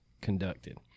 conducted